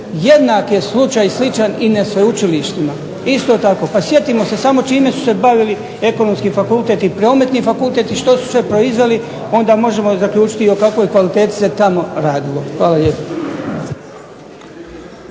Jednak je slučaj sličan i na sveučilištima isto tako. Pa sjetimo se samo čime su se bavili Ekonomski fakultet i Prometni fakultet i što su sve proizveli, onda možemo zaključiti i o kakvoj kvaliteti se tamo radilo. Hvala lijepo.